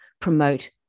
promote